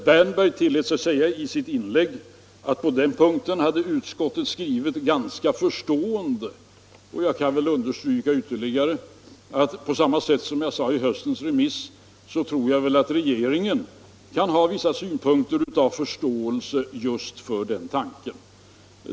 Herr Wärnberg sade i sitt inlägg att utskottet på den punkten hade skrivit ganska förstående. Jag kan understryka, på samma sätt som jag gjorde under höstens remissdebatt, att regeringen kan hysa förståelse just för den tanken.